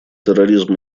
терроризм